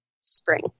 spring